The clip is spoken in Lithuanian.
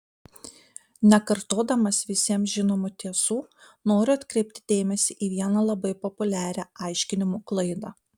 nekartodamas visiems žinomų tiesų noriu atkreipti dėmesį į vieną labai populiarią aiškinimų klaidą